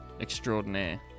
extraordinaire